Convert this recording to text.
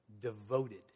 Devoted